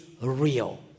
real